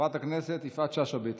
חברת הכנסת יפעת שאשא ביטון.